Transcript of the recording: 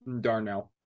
Darnell